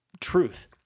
truth